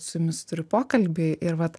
su jumis turiu pokalbį ir vat